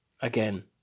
again